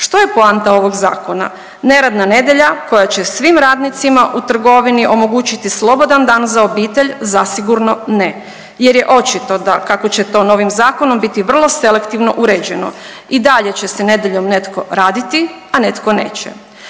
Što je poanta ovog zakona? Neradna nedjelja koja će svim radnicima u trgovini omogućiti slobodan dan za obitelj zasigurno ne, jer je očito da kako će to novim zakonom biti vrlo selektivno uređeno i dalje će se nedjeljom netko raditi a netko neće.